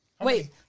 Wait